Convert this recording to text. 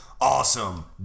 Awesome